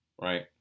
Right